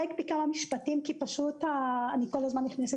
האם נמצא